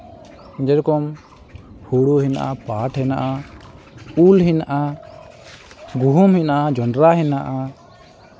ᱡᱮᱨᱚᱠᱚᱢ ᱦᱩᱲᱩ ᱦᱮᱱᱟᱜᱼᱟ ᱯᱟᱴᱷ ᱦᱮᱱᱟᱜᱼᱟ ᱩᱞ ᱦᱮᱱᱟᱜᱼᱟ ᱜᱩᱦᱩᱢ ᱦᱮᱱᱟᱜᱼᱟ ᱡᱚᱸᱰᱨᱟ ᱦᱮᱱᱟᱜᱼᱟ